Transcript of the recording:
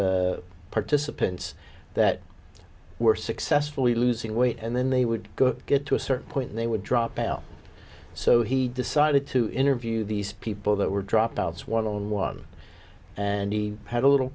his participants that were successfully losing weight and then they would get to a certain point they would drop out so he decided to interview these people that were dropouts one on one and he had a little